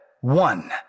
one